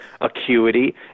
acuity